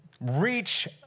reach